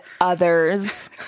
others